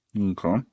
Okay